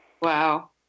Wow